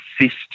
assist